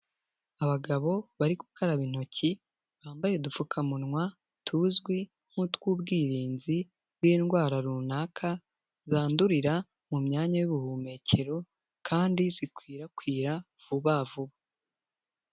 Abagabo bari gukaraba intoki, bambaye udupfukamunwa tuzwi nk'utw'ubwirinzi bw'indwara runaka zandurira mu myanya y'ubuhumekero kandi zikwirakwira vuba vuba.